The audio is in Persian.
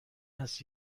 است